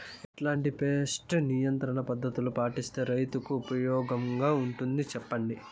ఎట్లాంటి పెస్ట్ నియంత్రణ పద్ధతులు పాటిస్తే, రైతుకు ఉపయోగంగా ఉంటుంది సెప్పండి?